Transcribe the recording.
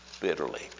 bitterly